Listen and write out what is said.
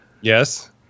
Yes